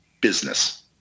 business